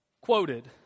quoted